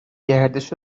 گردش